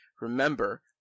remember